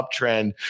uptrend